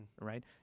right